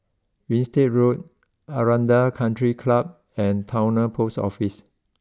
Winstedt Road Aranda country Club and Towner post Office